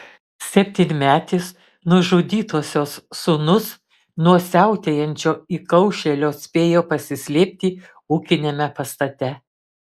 septynmetis nužudytosios sūnus nuo siautėjančio įkaušėlio spėjo pasislėpti ūkiniame pastate